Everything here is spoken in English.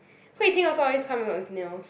Hui-Ting also always come to work with nails